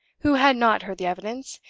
who had not heard the evidence,